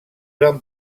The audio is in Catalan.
van